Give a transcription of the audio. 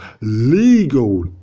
legal